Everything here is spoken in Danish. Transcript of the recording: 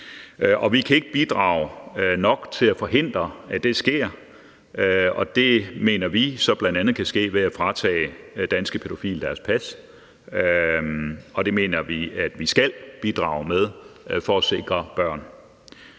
Vi kan ikke bidrage nok til at forhindre, at det sker, og det mener vi så bl.a. kan ske ved at fratage danske pædofile deres pas. Og det mener vi at vi skal bidrage med for at sikre børnene.